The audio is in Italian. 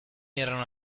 erano